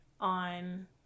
on